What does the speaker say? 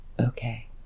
Okay